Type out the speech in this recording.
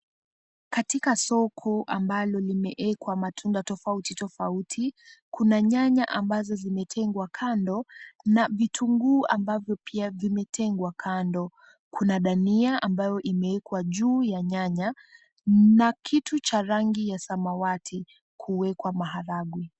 Katika soko ambalo limewekwa matunda tofauti tofauti, kuna nyanya ambazo zimetengwa kando na vitunguu ambavyo pia vimetengwa kando. Kuna dania ambayo imewekwa juu ya nyanya na kitu cha rangi ya samawati kuwekwa maharagwe.